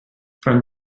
from